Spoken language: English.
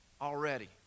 already